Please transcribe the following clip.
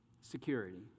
Security